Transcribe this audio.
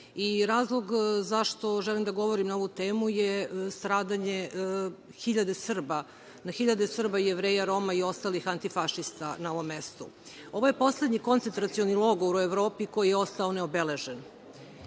zašto želim da govorim na ovu temu je stradanje na hiljade Srba i Jevreja, Roma i ostalih antifašista na ovom mestu. Ovo je poslednji koncetracioni logor u Evropi koji je ostao neobeležen